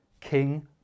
King